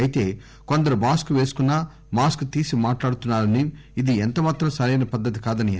అయితే కొందరు మాస్క పేసుకున్నా మాస్క్ తీసి మాట్లాడుతున్నారని ఇది ఎంత మాత్రం సరైన పద్ధతి కాదని అన్సారు